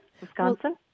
Wisconsin